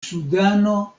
sudano